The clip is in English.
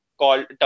called